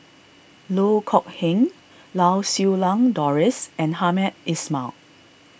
Loh Kok Heng Lau Siew Lang Doris and Hamed Ismail